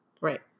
Right